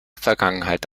vergangenheit